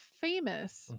famous